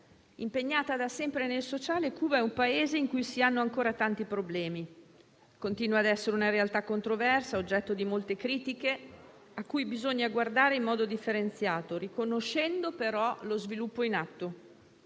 Impegnata da sempre nel sociale, Cuba è un Paese in cui si hanno ancora tanti problemi. Continua ad essere una realtà controversa, oggetto di molte critiche, cui bisogna guardare, però, in modo differenziato, riconoscendo lo sviluppo in atto.